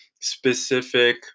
specific